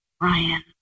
Ryan